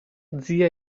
zia